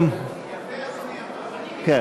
יפה אדוני אמר.